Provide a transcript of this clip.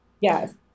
Yes